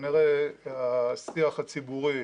כנראה השיח הציבורי